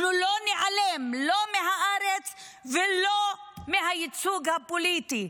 אנחנו לא ניעלם, לא מהארץ ולא מהייצוג הפוליטי.